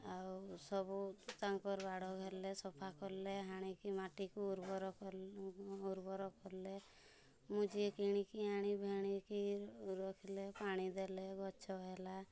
ଆଉ ସବୁ ତାଙ୍କର ବାଡ଼ ଘେରିଲେ ସଫା କଲେ ହାଣିକି ମାଟିକୁ ଉର୍ବର ଉର୍ବର କଲେ ମୁଁ ଯେ କିଣିକି ଆଣି ଭାଣିକି ରଖିଲେ ପାଣି ଦେଲେ ଗଛ ହେଲା